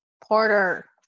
Porter